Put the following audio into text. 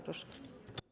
Proszę bardzo.